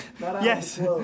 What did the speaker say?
Yes